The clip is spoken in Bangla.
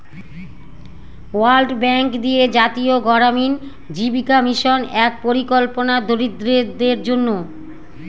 ওয়ার্ল্ড ব্যাঙ্ক দিয়ে জাতীয় গড়ামিন জীবিকা মিশন এক পরিকল্পনা দরিদ্রদের জন্য